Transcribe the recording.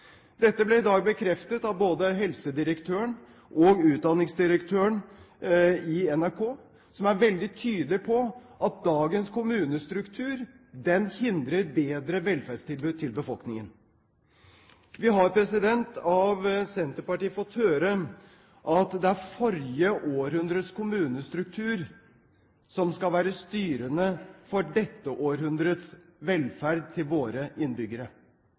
Dette ble i dag bekreftet i NRK av både helsedirektøren og utdanningsdirektøren, som er veldig tydelige på at dagens kommunestruktur hindrer bedre velferdstilbud til befolkningen. Vi har av Senterpartiet fått høre at det er forrige århundres kommunestruktur som skal være styrende for dette århundrets velferd til våre innbyggere.